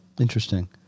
Interesting